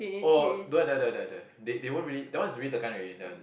oh don't have don't have don't have they they won't really that one is really tekan already that one